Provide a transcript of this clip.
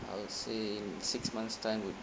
I would say in six months time would